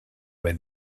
were